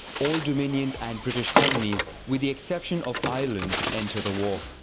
all dominions and british colonies, with the exception of ireland, enter the war.